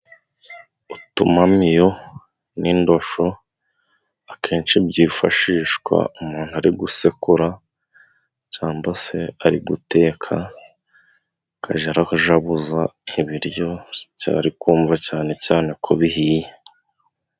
Utumamiyo n'indosho, akenshi byifashishwa umuntu ari gusekura, cyangwa se ari guteka, akajya arakajabuza ibiryo, ari kumva cyane cyane ko bihiye.